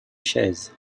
chaise